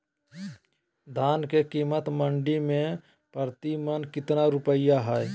धान के कीमत मंडी में प्रति मन कितना रुपया हाय?